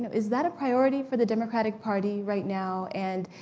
is that a priority for the democratic party right now? and,